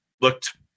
looked